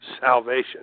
salvation